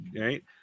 Right